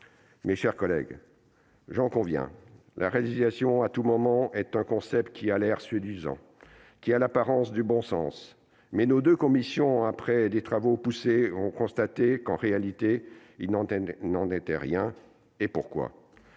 Mes chers collègues, j'en conviens, la résiliation à tout moment est un concept qui a l'air séduisant, qui a l'apparence du bon sens, mais nos deux commissions, après des travaux poussés, ont constaté qu'il n'en était en réalité